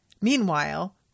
Meanwhile